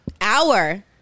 hour